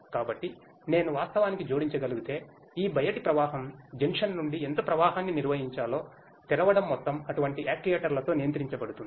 కాబట్టి నేను వాస్తవానికి జోడించగలిగితే ఈ బయటి ప్రవాహం జంక్షన్ నుండి ఎంత ప్రవాహాన్ని నిర్వహించాలో తెరవడం మొత్తం అటువంటి యాక్యుయేటర్లతో నియంత్రించబడుతుంది